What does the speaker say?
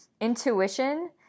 intuition